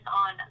on